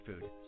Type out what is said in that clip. Food